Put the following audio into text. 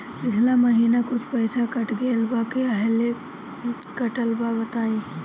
पिछला महीना कुछ पइसा कट गेल बा कहेला कटल बा बताईं?